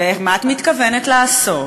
ומה את מתכוונת לעשות?